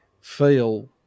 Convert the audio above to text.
feel